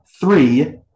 three